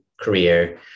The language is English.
career